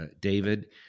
David